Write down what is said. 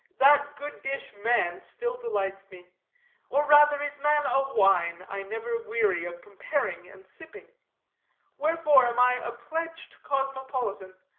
that good dish, man, still delights me or rather is man a wine i never weary of comparing and sipping wherefore am i a pledged cosmopolitan,